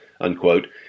unquote